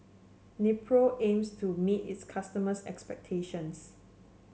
Nepro aims to meet its customers' expectations